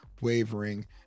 wavering